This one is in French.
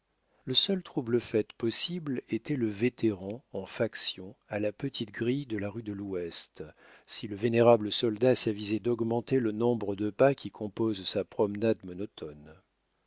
le seul trouble-fête possible était le vétéran en faction à la petite grille de la rue de l'ouest si le vénérable soldat s'avisait d'augmenter le nombre de pas qui compose sa promenade monotone